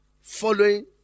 following